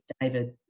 David